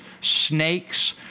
snakes